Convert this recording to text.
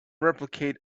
replicate